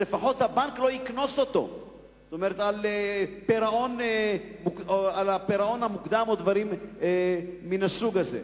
שלפחות הבנק לא יקנוס אותו על הפירעון המוקדם או על דברים מן הסוג הזה.